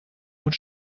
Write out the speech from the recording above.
und